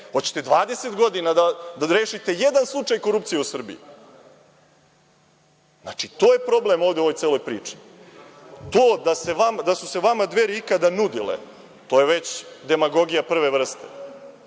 hoćete 20 godina da rešite jedan slučaj korupcije u Srbiji. Znači, to je problem ovde u celoj ovoj priči. To da su se vama Dveri ikad nudile, to je već demagogija prve vrste. Dakle,